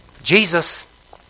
Jesus